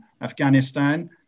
Afghanistan